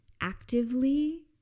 actively